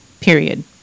period